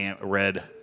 red